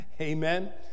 Amen